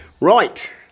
Right